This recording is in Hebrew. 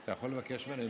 אתה יכול לבקש ממנה?